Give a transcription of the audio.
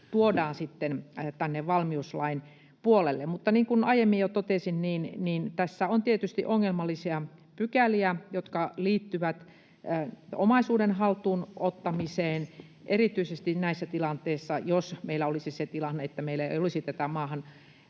tuodaan tänne valmiuslain puolelle. Mutta niin kuin aiemmin jo totesin, tässä on tietysti ongelmallisia pykäliä, jotka liittyvät omaisuuden haltuun ottamiseen erityisesti näissä tilanteissa, jos meillä olisi se tilanne, että meillä ei olisi tätä maahantulon